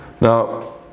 Now